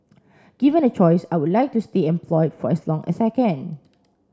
given a choice I would like to stay employed for as long as I can